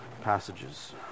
passages